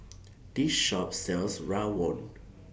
This Shop sells Rawon